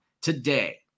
today